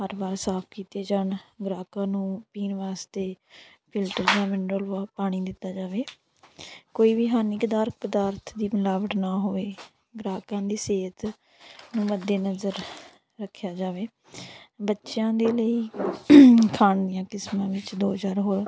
ਹਰ ਵਾਰ ਸਾਫ ਕੀਤੇ ਜਾਣ ਗ੍ਰਾਹਕਾਂ ਨੂੰ ਪੀਣ ਵਾਸਤੇ ਫਿਲਟਰ ਜਾਂ ਮਿਨਰਲ ਵੋ ਪਾਣੀ ਦਿੱਤਾ ਜਾਵੇ ਕੋਈ ਵੀ ਹਾਨੀ ਕ ਦਾਰ ਪਦਾਰਥ ਦੀ ਮਿਲਾਵਟ ਨਾ ਹੋਵੇ ਗ੍ਰਾਹਕਾਂ ਦੀ ਸਿਹਤ ਨੂੰ ਮੱਦੇਨਜ਼ਰ ਰੱਖਿਆ ਜਾਵੇ ਬੱਚਿਆਂ ਦੇ ਲਈ ਖਾਣ ਦੀਆਂ ਕਿਸਮਾਂ ਵਿੱਚ ਦੋ ਚਾਰ ਹੋਰ